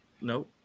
no